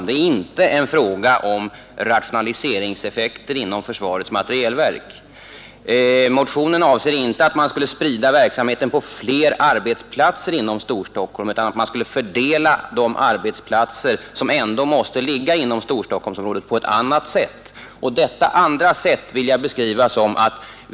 Den handlar inte om rationaliseringseffekter inom försvarets materielverk. Motionen avser inte heller att man skall sprida verksamheten till flera arbetsställen inom Storstockholm, utan man skall fördela de arbetsplatser som ändå måste ligga inom Storstockholmsområdet på ett annat sätt. Detta andra sätt vill jag beskriva så här.